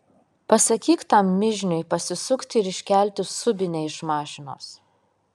pasakyk tam mižniui pasisukti ir iškelti subinę iš mašinos